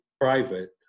private